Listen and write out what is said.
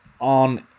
on